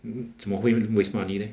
hmm 怎么会 waste money leh